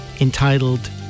entitled